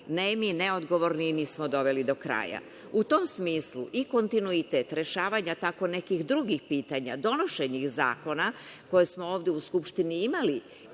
nemi, neodgovorni i nismo ih doveli do kraja. U tom smislu, i kontinuitet rešavanja tako nekih drugih pitanja, donošenja zakona koje smo ovde u Skupštini imali,